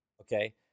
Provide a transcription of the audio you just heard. okay